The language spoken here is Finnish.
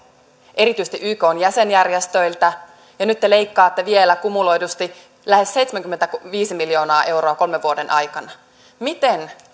erityisesti ykn jäsenjärjestöiltä ja nyt te leikkaatte vielä kumuloidusti lähes seitsemänkymmentäviisi miljoonaa euroa kolmen vuoden aikana miten